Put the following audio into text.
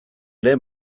ere